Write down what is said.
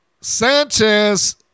Sanchez